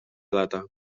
data